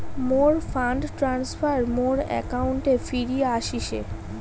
মোর fund transfer মোর অ্যাকাউন্টে ফিরি আশিসে